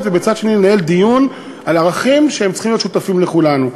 ובצד שני לנהל דיון על ערכים שצריכים להיות משותפים לכולנו.